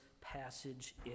passage